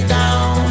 down